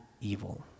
evil